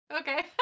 Okay